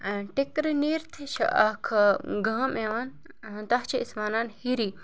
ٹِکرٕ نیٖرتھٕے چھِ اَکھ گام یِوان تَتھ چھِ أسۍ وَنان ہِری